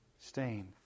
stain